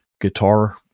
guitar